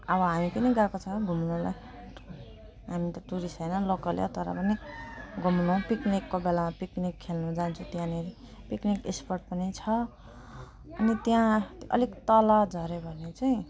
अब हामी पनि गएको छौँ घुम्नुलाई हामी त टुरिस्ट होइन लोकलै हो तर पनि घुम्न पिकनिकको बेलामा पिकनिक खेल्नु जान्छु त्यहाँनेरि पिकनिक स्पट पनि छ अनि त्यहाँ अलिक तल झऱ्यो भने चाहिँ